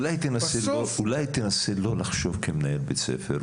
אולי תנסה לא לחשוב כמנהל בית ספר.